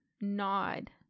nod